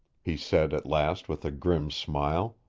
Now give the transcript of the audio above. he said at last with a grim smile.